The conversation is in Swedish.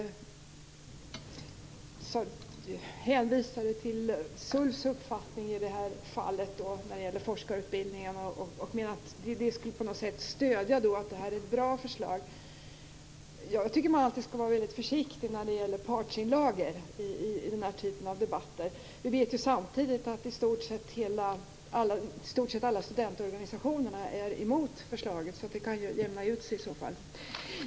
Han hänvisade till SULF:s uppfattning om forskarutbildningen och menade att det skulle stödja uppfattningen att det här är ett bra förslag. Jag tycker att man alltid skall vara väldigt försiktig när det gäller partsinlagor i den här typen av debatter. Vi vet samtidigt att i stort sett alla studentorganisationerna är emot förslaget, så det kan jämna ut sig i så fall.